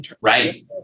Right